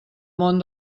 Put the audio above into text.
món